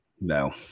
No